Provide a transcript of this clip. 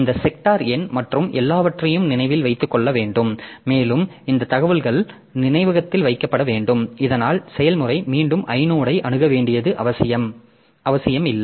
இந்த செக்டார் எண் மற்றும் எல்லாவற்றையும் நினைவில் வைத்துக் கொள்ள வேண்டும் மேலும் இந்த தகவல்கள் நினைவகத்தில் வைக்கப்பட வேண்டும் இதனால் செயல்முறை மீண்டும் ஐனோடை அணுக வேண்டிய அவசியமில்லை